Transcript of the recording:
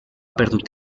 perdut